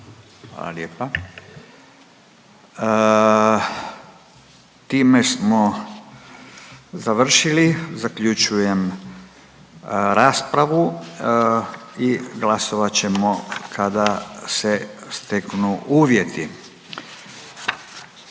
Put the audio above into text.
Hvala lijepa. Time smo završili. Zaključujem raspravu i glasovat ćemo kada se steknu uvjeti.